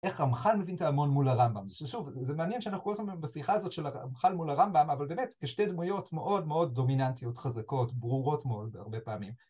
איך המח"ל מבין תאמון מול הרמב״ם? ששוב, זה מעניין שאנחנו כל הזמן בשיחה הזאת של המחל מול הרמב״ם, אבל באמת, יש שתי דמויות מאוד מאוד דומיננטיות חזקות, ברורות מאוד, בהרבה פעמים.